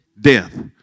Death